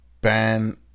ban